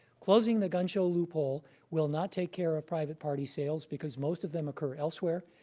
closing the gun show loophole will not take care of private party sales, because most of them occur elsewhere.